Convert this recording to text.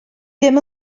ddim